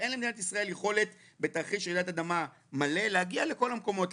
ואין למדינת ישראל יכולת בתרחיש רעידת אדמה מלא להגיע לכל המקומות.